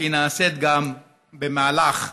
היא נעשית גם במהלך השנה.